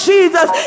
Jesus